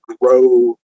grow